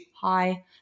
Hi